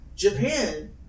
Japan